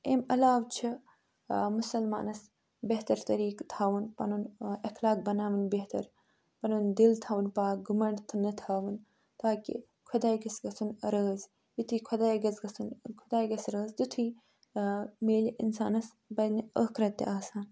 اَمہِ علاوٕ چھِ مُسلمانَس بہتر طریٖقہٕ تھاوُن پَنُن اخلاق بناوٕنۍ بہتر پَنُن دِل تھاوُن پاک گھُمنٛڈ تہٕ نہٕ تھاوُن تاکہِ خۄداے گژھِ گژھُن رٲضۍ یُتھُے خۄداے گژھِ گژھُن خۄداے گژھِ رٲضۍ تیُتھُے مِلہِ اِنسانَس بَنہِ ٲخرَت تہِ آسان